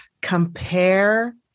compare